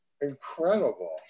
Incredible